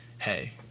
hey